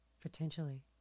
potentially